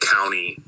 County